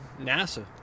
NASA